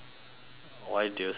why do you say never